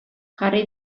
jarri